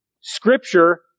Scripture